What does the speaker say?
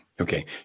Okay